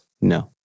No